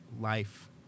life